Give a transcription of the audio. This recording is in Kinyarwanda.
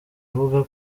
avuga